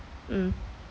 mm